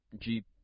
Jeep